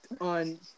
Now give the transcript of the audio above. On